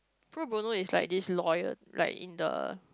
Pro-bono is like this lawyer like in the